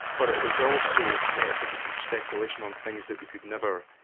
but it is also metaphysical speculation on things that we could never,